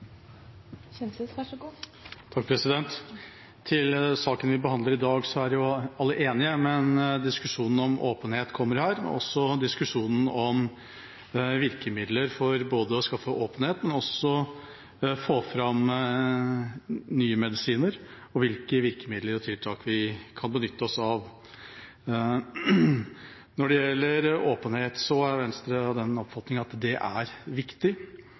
jo alle enige, men diskusjonen om åpenhet kommer her, og også diskusjonen om virkemidler for å skape åpenhet og få fram nye medisiner, og hvilke virkemidler og tiltak vi kan benytte oss av. Når det gjelder åpenhet, er Venstre av den oppfatning at det er viktig.